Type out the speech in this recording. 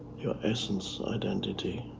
your essence identity.